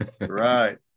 Right